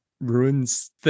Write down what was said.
ruins